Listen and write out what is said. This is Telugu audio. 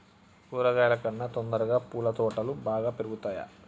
కూరగాయల కన్నా తొందరగా పూల తోటలు బాగా పెరుగుతయా?